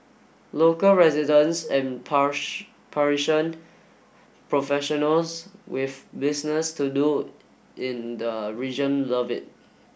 local residents and Parisian professionals with business to do in the region love it